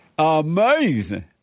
Amazing